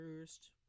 First